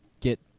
get